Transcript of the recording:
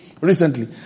recently